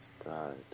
Start